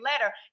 letter